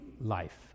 life